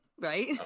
right